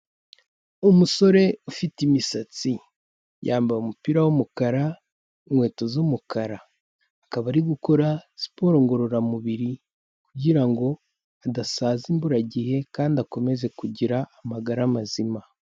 Umusore ufite imisatsi. Yambaye umupira w'umukara, inkweto z'umukara. Akaba ari gukora siporo ngororamubiri, kugirango adasaza imburagihe, kandi akomeze kugira, amagara mazima.